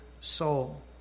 soul